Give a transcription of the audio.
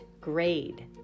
grade